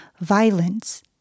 violence